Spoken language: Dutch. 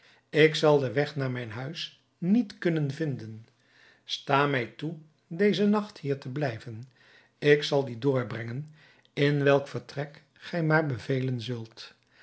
ik zal den weg naar mijn huis niet kunnen vinden sta mij toe dezen nacht hier te blijven ik zal dien doorbrengen in welk vertrek gij maar bevelen zult